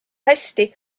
hästi